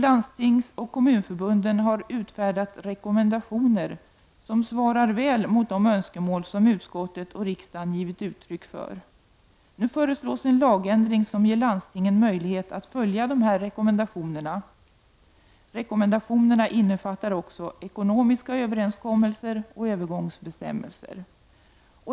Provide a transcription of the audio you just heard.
Landstingsoch kommunförbunden har utfärdat rekommendationer som svarar väl mot de önskemål som utskottet och riksdagen givit uttryck för. Nu föreslås en lagändring som ger landstingen möjlighet att följa dessa rekommendationer. Rekommendationerna innefattar också ekonomiska överenskommelser och övergångsbestämmelser.